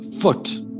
foot